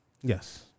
Yes